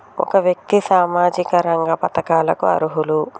ఒక వ్యక్తి ఎన్ని సామాజిక రంగ పథకాలకు అర్హులు?